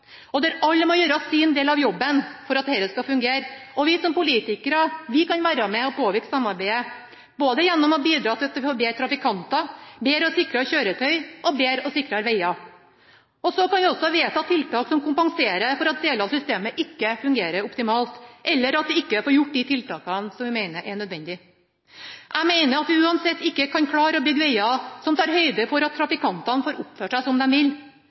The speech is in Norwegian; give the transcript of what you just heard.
og der alle må gjøre sin del av jobben for at det skal fungere. Vi kan som politikere være med og påvirke samarbeidet – gjennom å bidra til at vi får bedre trafikanter, bedre og sikrere kjøretøy og bedre og sikrere veger. Vi kan også vedta tiltak som kompenserer for at deler av systemet ikke fungerer optimalt, eller for at vi ikke får gjort de tiltakene som vi mener er nødvendige. Jeg mener at vi uansett ikke kan klare å bygge veger som tar høyde for at trafikantene får oppføre seg som de vil.